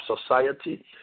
society